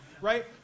right